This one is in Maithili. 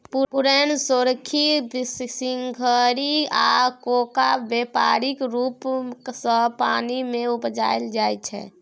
पुरैण, सोरखी, सिंघारि आ कोका बेपारिक रुप सँ पानि मे उपजाएल जाइ छै